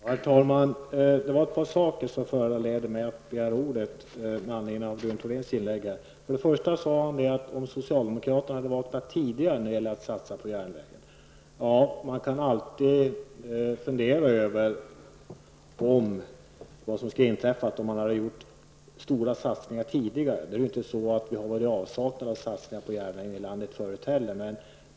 Herr talman! Det var ett par saker i Rune Thoréns inlägg som föranledde mig att begära ordet. Han sade att socialdemokraterna skulle ha vaknat tidigare när det gäller att satsa på järnväg. Man kan alltid fundera över hur det skulle ha blivit om man hade gjort stora satsningar tidigare. Vi har inte varit i avsaknad av satsningar på järnväg i landet förrut heller.